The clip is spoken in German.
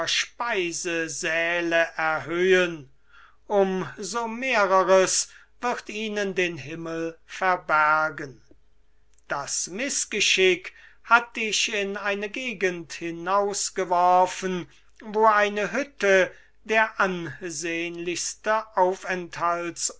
speisesäle erhöhen um so mehreres wird ihnen den himmel verbergen das mißgeschick hat dich in eine gegend hinausgeworfen wo eine hütte der ansehnlichste